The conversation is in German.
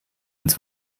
ins